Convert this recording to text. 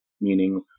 meaning